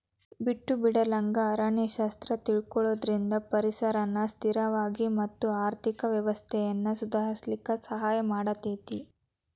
ಬಿಟ್ಟು ಬಿಡಲಂಗ ಅರಣ್ಯ ಶಾಸ್ತ್ರ ತಿಳಕೊಳುದ್ರಿಂದ ಪರಿಸರನ ಸ್ಥಿರವಾಗಿ ಮತ್ತ ಆರ್ಥಿಕ ವ್ಯವಸ್ಥೆನ ಸುಧಾರಿಸಲಿಕ ಸಹಾಯ ಮಾಡತೇತಿ